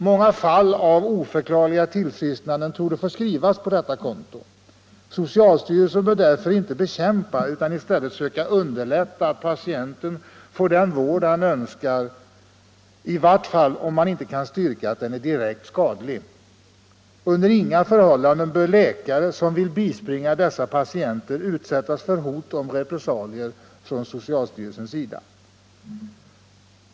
Många fall av oförklarliga tillfrisknanden torde få skrivas på detta konto. Socialstyrelsen bör därför inte bekämpa utan i stället söka underlätta att patienten får den vård han önskar — i vart fall om man inte kan styrka att den är direkt skadlig. Under inga förhållanden bör läkare som vill bispringa dessa patienter utsättas för hot om repressalier från socialstyrelsens sida.